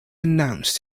announced